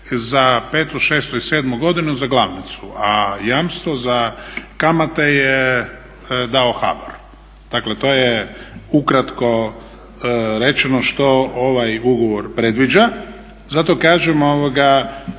za petu, šestu i sedmu godinu za glavnicu, a jamstvo za kamate je dao HBOR. Dakle to je ukratko rečeno što ovaj ugovor predviđa. Zato kažem nije